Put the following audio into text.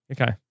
Okay